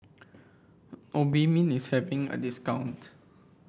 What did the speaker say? obimin is having a discount